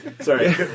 Sorry